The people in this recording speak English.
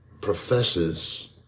professes